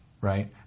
right